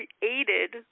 created